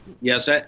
Yes